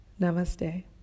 Namaste